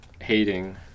hating